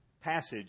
passage